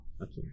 Okay